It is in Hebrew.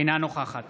אינה נוכחת